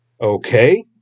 Okay